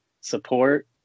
support